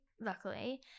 luckily